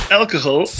alcohol